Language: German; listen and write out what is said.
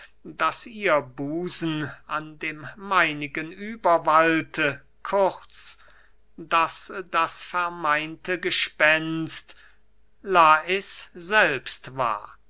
daß ihr busen an dem meinigen überwallte kurz daß das vermeinte gespenst lais selbst war